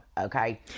okay